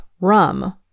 rum